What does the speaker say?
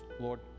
Lord